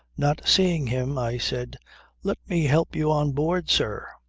not seeing him, i said let me help you on board, sir.